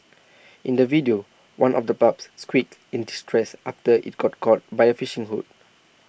in the video one of the pups squeaked in distress after IT got caught by the fishing hook